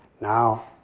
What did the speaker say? now